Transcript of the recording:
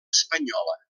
espanyola